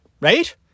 Right